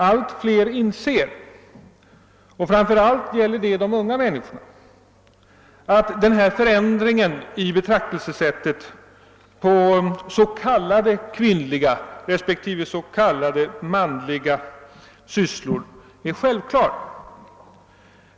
Allt fler inser — och framför allt gäller det de unga människorna — att denna förändring i synen på s.k. kvinnliga respektive s.k. manliga sysslor är självklar.